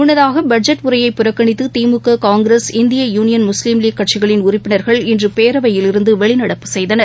முள்ளதாக பட்ஜெட் உரையை புறக்கணித்துதிமுக காங்கிரஸ் இந்திய யூனியன் முஸ்லீம் லீக் உறுப்பினர்கள் இன்றுபேரவையிலிருந்துவெளிநடப்பு செய்தனர்